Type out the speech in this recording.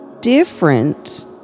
different